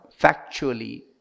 factually